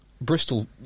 Bristol